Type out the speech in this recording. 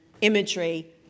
imagery